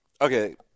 okay